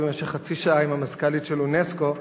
במשך חצי שעה עם המזכ"לית של אונסק"ו,